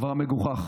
כבר מגוחכת.